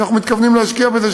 אנחנו מתכוונים להשקיע בזה,